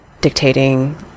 dictating